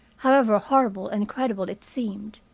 however horrible and incredible it seemed,